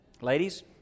Ladies